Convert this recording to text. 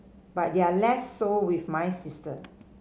but they're less so with my sister